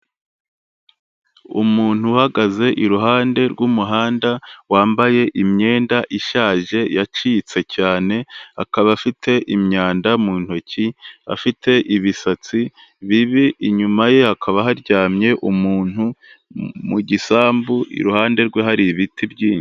Umuntu uhagaze iruhande rw'umuhanda wambaye imyenda ishaje yacitse cyane, akaba afite imyanda mu ntoki, afite ibisatsi bibi, inyuma ye hakaba haryamye umuntu mu gisambu, iruhande rwe hari ibiti byinshi.